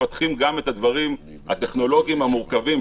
שמפתחים גם את הדברים הטכנולוגיים המורכבים,